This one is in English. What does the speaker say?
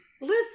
listen